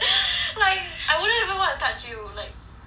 like I wouldn't even want to touch you like it's